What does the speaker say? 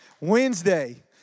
Wednesday